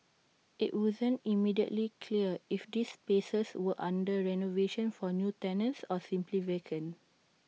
IT wasn't immediately clear if these spaces were under renovation for new tenants or simply vacant